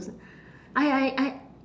I I I